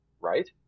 Right